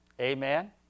Amen